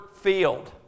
Field